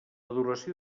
duració